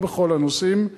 לא בכל הנושאים,